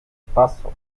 paso